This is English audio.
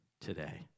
today